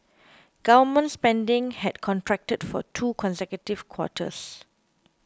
government spending had contracted for two consecutive quarters